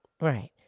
Right